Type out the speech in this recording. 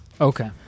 Okay